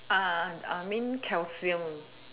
I mean calcium